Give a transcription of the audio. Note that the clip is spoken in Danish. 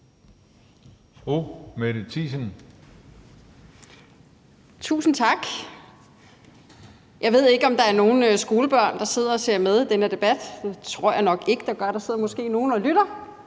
Tusind tak. Jeg ved ikke, om der er nogle skolebørn, der sidder og ser på den her debat. Det tror jeg nok ikke de gør. Der sidder måske nogle og lytter